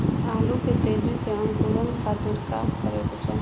आलू के तेजी से अंकूरण खातीर का करे के चाही?